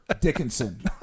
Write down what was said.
Dickinson